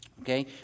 Okay